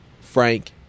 Frank